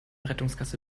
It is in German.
rettungsgasse